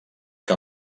que